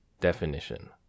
definition